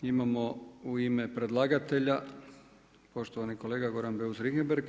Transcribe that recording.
Imamo u ime predlagatelja, poštovani kolega Goran Beus Richembergh.